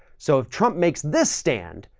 so if trump makes this stand,